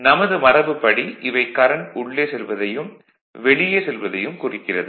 நமது மரபு படி இவை கரண்ட் உள்ளே செல்வதையும் வெளியே செல்வதையும் குறிக்கிறது